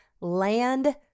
land